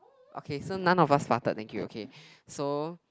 okay so none of us farted thank you okay so